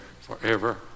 forever